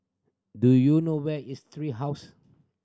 do you know where is Tree House